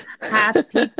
happy